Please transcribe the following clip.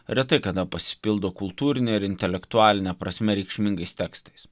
retai kada pasipildo kultūrine ir intelektualine prasme reikšmingais tekstais